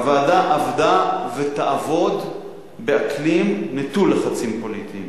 הוועדה עבדה ותעבוד באקלים נטול לחצים פוליטיים.